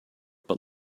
but